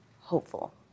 hopeful